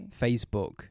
Facebook